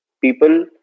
People